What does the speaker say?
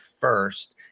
first